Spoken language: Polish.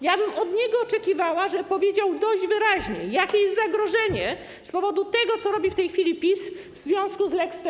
Ja bym od niego oczekiwała, żeby powiedział dość wyraźnie, jakie jest zagrożenie z powodu tego, co w tej chwili PiS robi w związku z lex TVN.